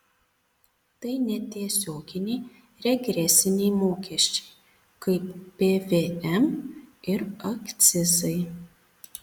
tai netiesioginiai regresiniai mokesčiai kaip pvm ir akcizai